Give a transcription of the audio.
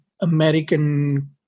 American